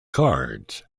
cards